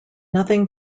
nothing